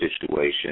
situation